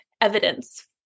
evidence